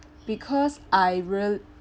because I really